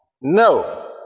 No